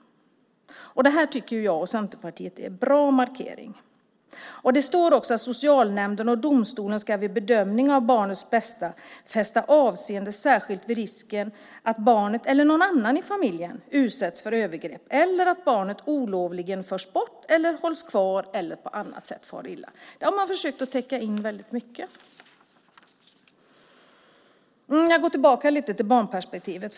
Jag och Centerpartiet tycker att det är en bra markering. Det står också så här: Socialnämnden och domstolen ska vid bedömning av barnets bästa fästa avseende särskilt vid risken att barnet eller någon annan i familjen utsätts för övergrepp eller att barnet olovligen förs bort eller hålls kvar eller på annat sätt far illa. Man har försökt täcka in väldigt mycket. Jag går lite grann tillbaka till barnperspektivet.